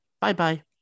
Bye-bye